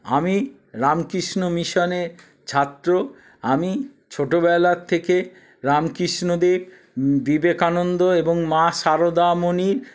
আমি রামকৃষ্ণ মিশনে ছাত্র আমি ছোটোবেলার থেকে রামকৃষ্ণদেব বিবেকানন্দ এবং মা সারদামণি